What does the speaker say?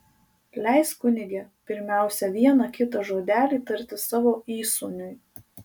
leisk kunige pirmiausia vieną kitą žodelį tarti savo įsūniui